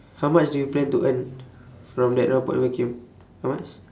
how much do you plan to earn from that robot vacuum how much